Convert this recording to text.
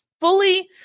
fully